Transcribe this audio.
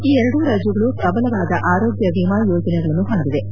ಈ ಎರಡೂ ರಾಜ್ಯಗಳು ಶ್ರಬಲವಾದ ಆರೋಗ್ಯ ವಿಮಾ ಯೋಜನೆಗಳನ್ನು ಹೊಂದಿವೆ